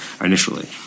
initially